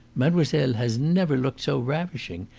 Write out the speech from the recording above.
mademoiselle has never looked so ravishing.